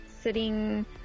sitting